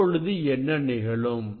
இப்பொழுது என்ன நிகழும்